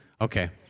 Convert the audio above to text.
Okay